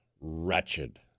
wretched